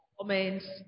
comments